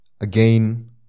Again